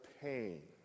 pain